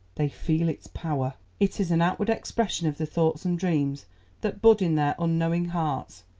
they feel its power it is an outward expression of the thoughts and dreams that bud in their unknowing hearts,